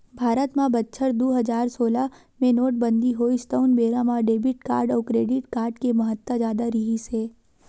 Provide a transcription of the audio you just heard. भारत म बछर दू हजार सोलह मे नोटबंदी होइस तउन बेरा म डेबिट कारड अउ क्रेडिट कारड के महत्ता जादा रिहिस हे